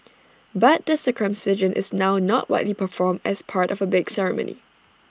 but the circumcision is now not widely performed as part of A big ceremony